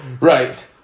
Right